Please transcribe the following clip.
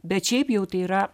bet šiaip jau tai yra